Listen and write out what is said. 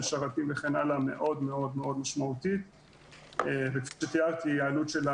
שרתים וכן הלאה מאוד מאוד מאוד משמעותית וכפי שתיארתי העלות שלה